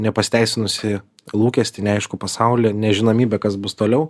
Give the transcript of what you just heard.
nepasiteisinusį lūkestį neaiškų pasaulį nežinomybę kas bus toliau